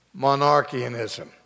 monarchianism